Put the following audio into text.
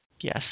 Yes